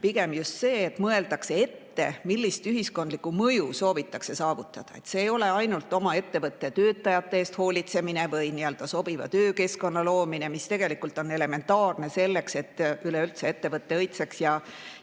pigem mõeldakse ette, millist ühiskondlikku mõju soovitakse saavutada. See ei ole ainult oma ettevõtte töötajate eest hoolitsemine või sobiva töökeskkonna loomine, mis on tegelikult elementaarne selleks, et üleüldse ettevõte õitseks ja